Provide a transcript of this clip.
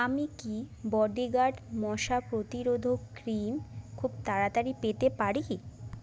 আমি কি বডিগার্ড মশা প্রতিরোধক ক্রিম খুব তাড়াতাড়ি পেতে পারি